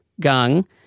Gang